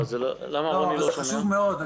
רוני חשוב מאוד.